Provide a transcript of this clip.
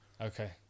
Okay